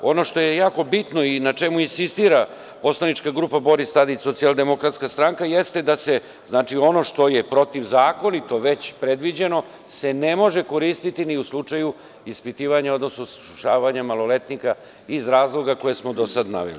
Ono što je jako bitno i na čemu insistira poslanička grupa Boris Tadić – SDS jeste da se ono što je protivzakonito već predviđeno, se ne može koristiti ni u slučaju ispitivanja, odnosno saslušavanja maloletnika iz razloga koje smo do sad naveli.